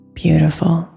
beautiful